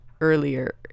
earlier